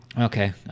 Okay